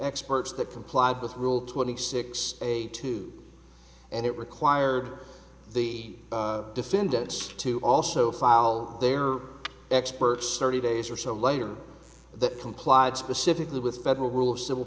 experts that complied with rule twenty six eight two and it required the defendants to also file their experts thirty days or so later that complied specifically with federal rule of civil